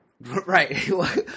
Right